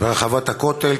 ברחבת הכותל,